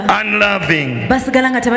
unloving